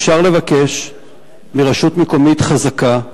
אפשר לבקש מרשות מקומית חזקה,